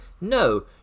no